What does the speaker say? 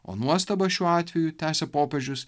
o nuostaba šiuo atveju tęsia popiežius